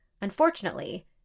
unfortunately